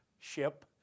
ship